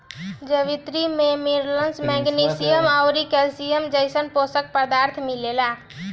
जावित्री में minerals, magnesium अउरी कैल्शियम जइसन पोषक पदार्थ मिलेला